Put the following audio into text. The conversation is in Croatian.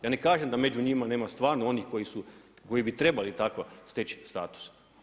Ja ne kažem da među njima nema stvarno onih koji bi trebali tako steći status.